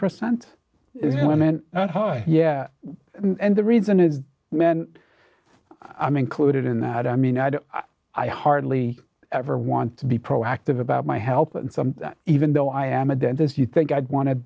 percent went oh yeah and the reason is men i'm included in that i mean i don't i hardly ever want to be proactive about my health and some even though i am a dentist you think i'd want